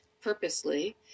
purposely